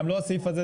זה גם לא הסעיף הזה,